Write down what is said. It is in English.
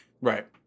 Right